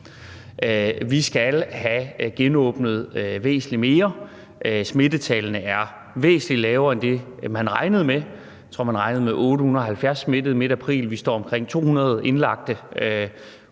Vi skal have genåbnet væsentlig mere; smittetallene er væsentlig lavere end det, man regnede med. Jeg mener, det var 870 indlagte, man regnede med i midt april, og vi står med omkring 200 indlagte,